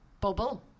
bubble